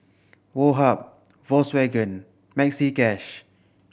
Woh Hup Volkswagen Maxi Cash